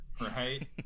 right